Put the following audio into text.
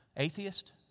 Atheist